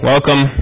Welcome